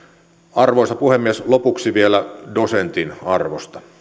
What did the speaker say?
arvoisa puhemies lopuksi vielä dosentin arvosta